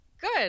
Good